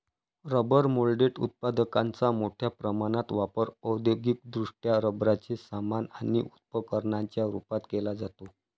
rubber moulded उत्पादकांचा मोठ्या प्रमाणात वापर औद्योगिकदृष्ट्या रबराचे सामान आणि उपकरणांच्या रूपात केला जातो